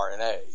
RNA